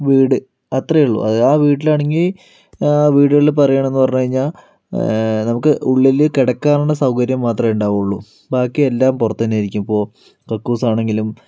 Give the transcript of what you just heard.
വീട് അത്രയേ ഉള്ളൂ ആ വീട്ടിലാണെങ്കിൽ വീടുകളിൽ പറയണം എന്ന് പറഞ്ഞുകഴിഞ്ഞാൽ നമുക്ക് ഉള്ളിലെ കിടക്കാനുള്ള സൗകര്യം മാത്രമേ ഉണ്ടാവുള്ളൂ ബാക്കിയെല്ലാം പുറത്തന്നെയായിരിക്കും ഇപ്പോൾ കക്കൂസ് ആണെങ്കിലും